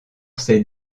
ses